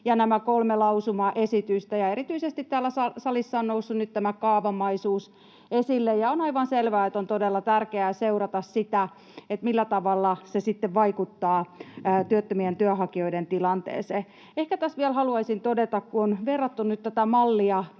ja nämä kolme lausumaesitystä. Täällä salissa on noussut nyt erityisesti tämä kaavamaisuus esille, ja on aivan selvää, että on todella tärkeää seurata, millä tavalla se sitten vaikuttaa työttömien työnhakijoiden tilanteeseen. Ehkä tässä vielä haluaisin todeta, kun on verrattu nyt tätä